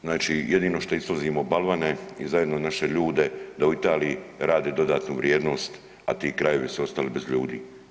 Znači jedino što izvozimo balvane i zajedno naše ljude da u Italiji rade dodatnu vrijednost, a ti krajevi su ostali bez ljudi.